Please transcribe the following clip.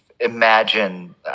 Imagine